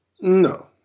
No